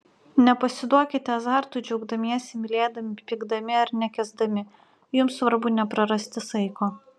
nepasiduokite azartui džiaugdamiesi mylėdami pykdami ar nekęsdami jums svarbu neprarasti saiko